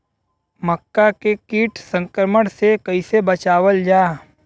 मक्का के कीट संक्रमण से कइसे बचावल जा?